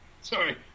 sorry